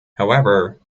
however